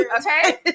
okay